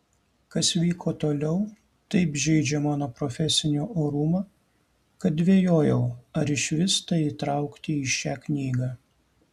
kas vyko toliau taip žeidžia mano profesinį orumą kad dvejojau ar išvis tai įtraukti į šią knygą